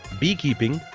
bee keeping,